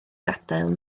gadael